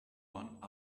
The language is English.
one